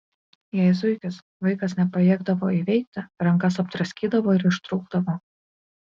jei zuikis vaikas nepajėgdavo įveikti rankas apdraskydavo ir ištrūkdavo